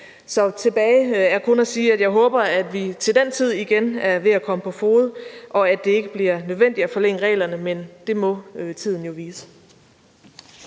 år. Tilbage er kun at sige, at jeg håber, at vi til den tid igen er ved at komme på fode, og at det ikke bliver nødvendigt at forlænge reglerne, men det må tiden jo vise.